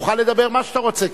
תוכל לדבר מה שאתה רוצה.